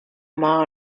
mile